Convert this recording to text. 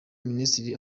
minisitiri